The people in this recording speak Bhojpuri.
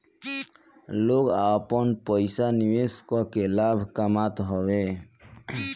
लोग आपन पईसा निवेश करके लाभ कामत हवे